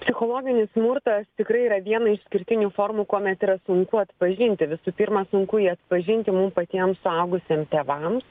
psichologinis smurtas tikrai yra viena išskirtinių formų kuomet yra sunku atpažinti visų pirma sunku jį atpažinti mum patiem suaugusiem tėvams